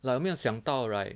like 我没有想到 right